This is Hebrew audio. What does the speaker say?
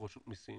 או רשות מסים.